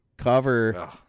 Cover